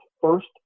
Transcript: first